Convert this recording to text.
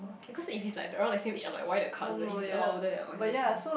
because if it's like around let say each other why the cousin if he is a lot older than I understand